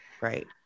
right